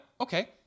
okay